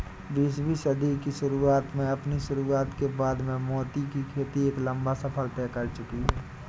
बीसवीं सदी की शुरुआत में अपनी शुरुआत के बाद से मोती की खेती एक लंबा सफर तय कर चुकी है